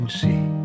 see